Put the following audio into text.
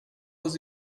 aux